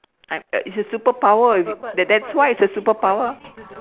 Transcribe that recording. I'm it's a superpower that that's why it's a superpower